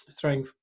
throwing